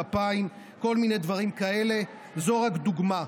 גפיים, כל מיני דברים כאלה, וזו רק דוגמה.